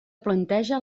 planteja